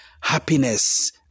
happiness